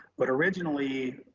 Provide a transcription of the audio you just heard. but originally